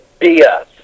BS